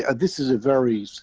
and this is a very so